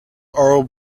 oral